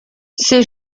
ces